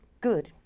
good